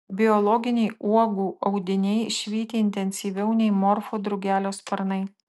biologiniai uogų audiniai švyti intensyviau nei morfo drugelio sparnai